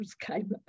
came